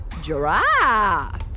Giraffe